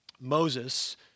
Moses